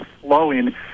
flowing